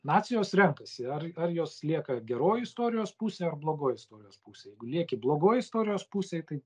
nacijos renkasi ar ar jos lieka geroj istorijos pusėj ar blogoj istorijos pusėj lieki blogoj istorijos pusėj tai